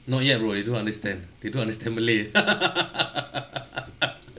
not yet bro they don't understand they don't understand malay